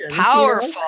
Powerful